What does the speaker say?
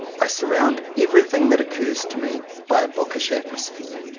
i surround every thing that occurs to me by a bookish at mosphere.